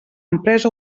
empresa